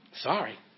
Sorry